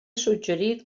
suggerit